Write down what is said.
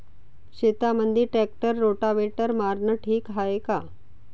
शेतामंदी tractor rotavator मारनं ठीक हाये का?